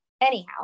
Anyhow